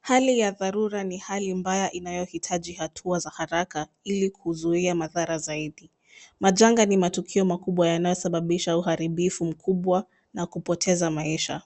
Hali ya dharura ni hali mbaya inayohitaji hatua za haraka ili kuzuia madhara zaidi. Majanga ni matukio makubwa yanayosababisha uharibifu mkubwa na kupoteza maisha.